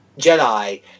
Jedi